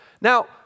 Now